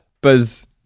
Buzz